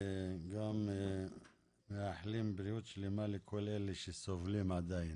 אנחנו גם מאחלים בריאות שלמה לכל אלה שסובלים עדין